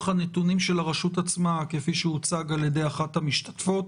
הנתונים של הרשות עצמה כפי שהוצג על-ידי אחת המשתתפות